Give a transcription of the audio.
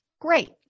great